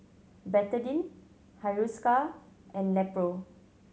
Betadine Hiruscar and Nepro